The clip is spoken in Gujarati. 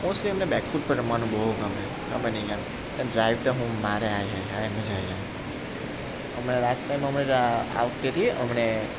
મોસ્ટલી એમને બેકફૂટ પર રમવાનું બહુ ગમે ખબર ની કેમ પણ ડ્રાઈવ તો શું મારે આય હાય હાય મજા આવી જાય હમણે લાસ્ટ ટાઈમ અમે આ વખતેથી હમણે